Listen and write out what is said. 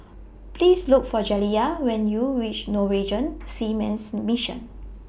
Please Look For Jaliyah when YOU REACH Norwegian Seamen's Mission